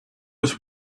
was